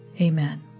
Amen